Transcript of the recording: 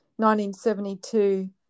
1972